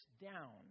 down